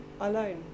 alone